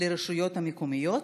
לרשויות המקומיות